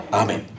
Amen